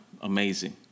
Amazing